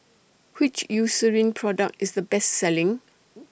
Which Eucerin Product IS The Best Selling